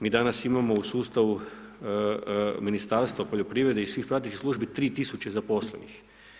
Mi danas imamo u sustavu Ministarstva poljoprivrede i svih pratećih službi 3 tisuće zaposlenih.